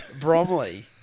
Bromley